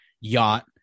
yacht